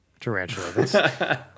tarantula